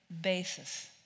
basis